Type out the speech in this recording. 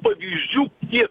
pavyzdžių jie